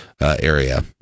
area